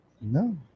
No